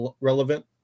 relevant